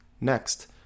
next